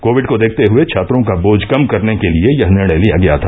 Covid को देखते हुए छात्रों का बोझ कम करने के लिए यह निर्णय लिया गया था